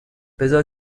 بذار